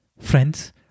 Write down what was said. Friends